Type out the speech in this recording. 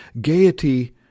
Gaiety